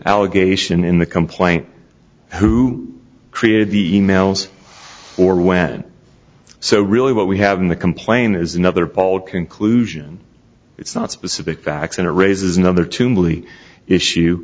allegation in the complaint who created the e mails or when so really what we have in the complaint is another bald conclusion it's not specific facts and it raises another to milly issue